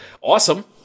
awesome